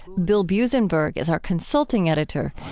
bill buzenberg is our consulting editor.